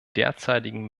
derzeitigen